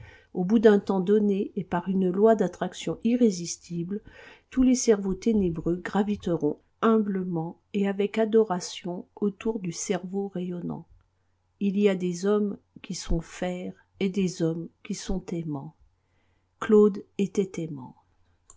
au bout d'un temps donné et par une loi d'attraction irrésistible tous les cerveaux ténébreux graviteront humblement et avec adoration autour du cerveau rayonnant il y a des hommes qui sont fer et des hommes qui sont aimant claude était